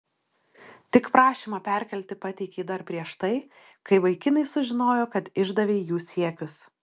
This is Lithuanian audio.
tik prašymą perkelti pateikei dar prieš tai kai vaikinai sužinojo kad išdavei jų siekius